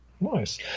nice